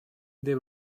they